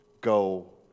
go